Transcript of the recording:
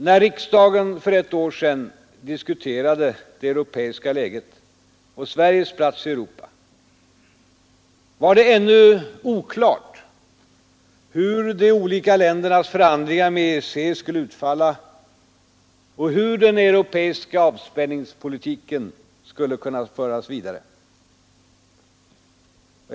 När riksdagen för ett år sedan diskuterade det europeiska läget och Sveriges plats i Europa, var det ännu oklart hur de olika ländernas förhandlingar med EEC skulle utfalla och hur den europeiska avspänningspolitiken skulle kunna föras vidare.